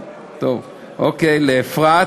לאפרת,